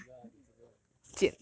ya 你 single lah 你 single lah